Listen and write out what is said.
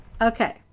Okay